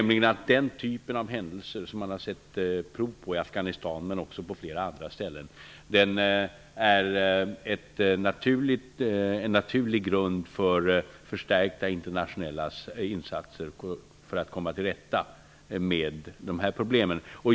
Det är att den typ av händelser som man har sett prov på i Afghanistan men också på flera andra ställen är en naturlig grund för förstärkta internationella insatser för att komma till rätta med de här problemen.